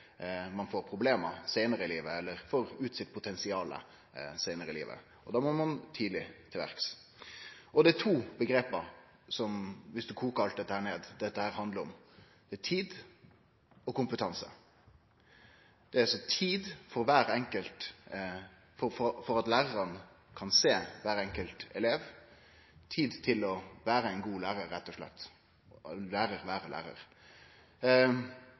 får problem seinare i livet eller får ut potensialet sitt seinare i livet? Då må ein tidleg til verks. Det er to omgrep – dersom ein koker ned alt dette – dette handlar om. Det er «tid» og «kompetanse». Det er altså tid til at lærarane kan sjå kvar enkelt elev, tid til å vere ein god lærar,